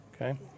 Okay